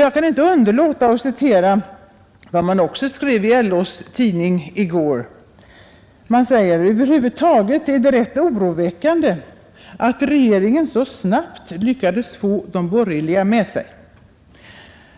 Jag kan inte underlåta att citera vad man i går skrev i LO:s tidning: ”Över huvud taget är det rätt oroväckande att regeringen så snabbt lyckades få de borgerliga med sig.”